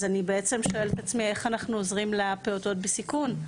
אז אני בעצם שואלת את עצמי איך אנחנו עוזרים לפעוטות בסיכון,